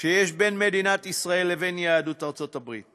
שיש בין מדינת ישראל לבין יהדות ארצות-הברית,